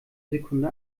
sekunde